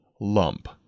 lump